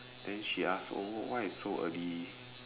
then she ask oh why I so early